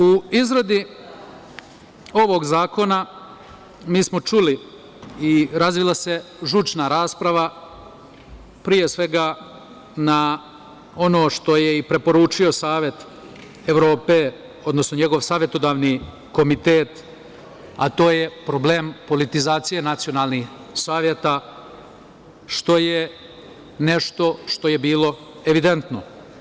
U izradi ovog zakona, mi smo čuli, razvila se žučna rasprava pre svega na ono što je i preporučio Savet Evrope, odnosno njegov savetodavni komitet, a to je problem politizacije nacionalnih saveta, što je nešto što je bilo evidentno.